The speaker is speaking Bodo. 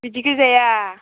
बिदिखौ जाया